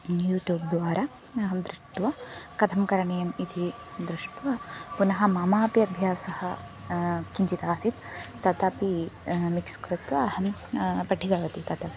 YouTube द्वारा अहं दृष्ट्वा कथं करणीयम् इति दृष्ट्वा पुनः ममापि अभ्यासः किञ्चित् आसीत् तदपि मिक्स् कृत्वा अहं पठितवती तद्